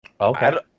Okay